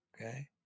Okay